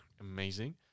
amazing